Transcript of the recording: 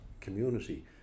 community